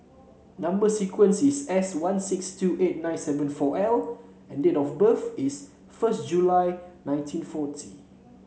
number sequence is S one six two eight nine seven four L and date of birth is first July nineteen forty